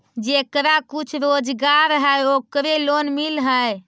जेकरा कुछ रोजगार है ओकरे लोन मिल है?